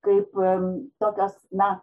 kaip tokios na